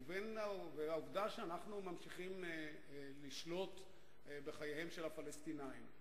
והעובדה שאנחנו ממשיכים לשלוט בחייהם של הפלסטינים.